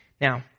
Now